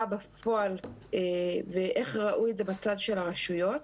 בפועל ואיך ראו את זה בצד של הרשויות.